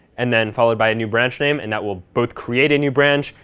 and then followed by a new branch name, and that will both create a new branch,